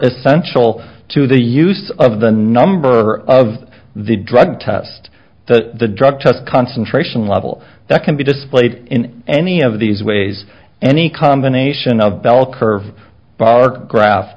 essential to the use of the number of the drug test the drug test concentration level that can be displayed in any of these ways any combination of bell curve